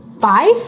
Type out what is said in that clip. Five